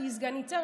תהיי סגנית שר,